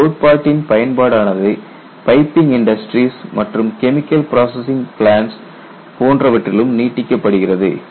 இக்கோட்பாட்டின் பயன்பாடு ஆனது piping industries மற்றும் கெமிக்கல் ப்ராசசிங் பிளான்ட்ஸ் போன்றவற்றிலும் நீட்டிக்கப்படுகிறது